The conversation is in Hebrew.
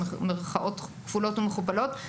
עם מירכאות כפולות ומכופלות,